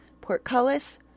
Portcullis